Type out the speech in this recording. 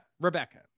Rebecca